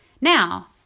Now